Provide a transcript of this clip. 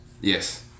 Yes